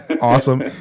Awesome